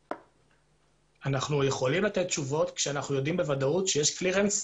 אנחנו יכולים לתת תשובות כשאנחנו יודעים בוודאות שיש קלירנס,